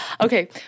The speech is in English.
Okay